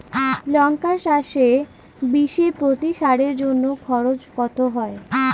লঙ্কা চাষে বিষে প্রতি সারের জন্য খরচ কত হয়?